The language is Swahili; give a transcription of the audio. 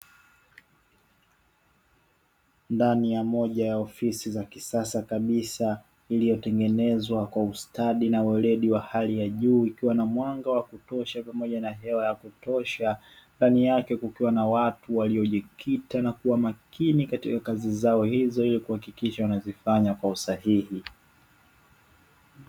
Ndani ya moja ya ofisi za kisasa kabisa iliyotengenezwa kwa ustadi na weledi wa hali ya juu ikiwa na mwanga wa kutosha pamoja na hewa ya kutosha, ndani yake kukiwa na watu waliojikita na kuwa makini katika kazi zao hizo ili kuhakikisha wanazifanya kwa usahihi.